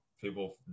people